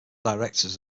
directors